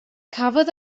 cafodd